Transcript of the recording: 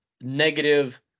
negative